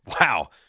Wow